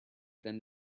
than